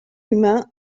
humains